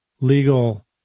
legal